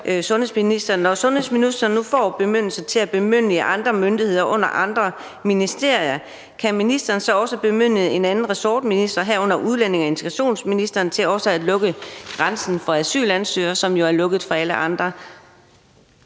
Når sundhedsministeren nu får bemyndigelse til at bemyndige andre myndigheder under andre ministerier, kan ministeren så også bemyndige en anden ressortminister, herunder udlændinge- og integrationsministeren til at lukke grænsen for også asylansøgere? Grænsen er jo lukket for alle andre.